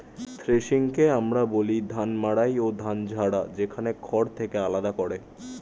থ্রেশিংকে আমরা বলি ধান মাড়াই ও ধান ঝাড়া, যেখানে খড় থেকে আলাদা করে